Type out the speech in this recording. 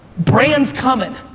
brand's coming.